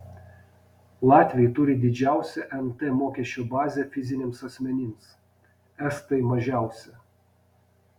latviai turi didžiausią nt mokesčio bazę fiziniams asmenims estai mažiausią